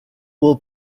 will